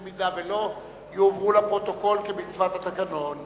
אם לא, יועברו לפרוטוקול כמצוות התקנון.